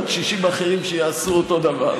עוד 60 אחרים שיעשו אותו דבר.